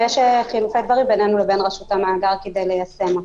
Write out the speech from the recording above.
ויש חילופי דברים בינינו לבין רשות המאגר כדי ליישם אותן.